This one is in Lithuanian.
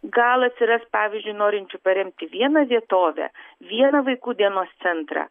gal atsiras pavyzdžiui norinčių paremti vieną vietovę vieną vaikų dienos centrą